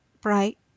bright